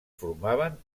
formaven